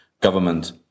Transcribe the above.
government